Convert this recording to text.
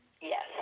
yes